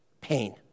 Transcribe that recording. pain